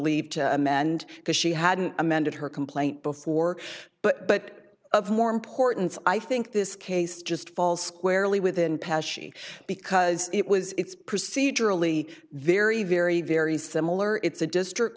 leave to amend because she hadn't amended her complaint before but but of more importance i think this case just falls squarely within passion because it was it's procedurally very very very similar it's a district